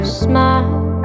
smile